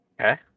Okay